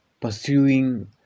pursuing